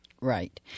Right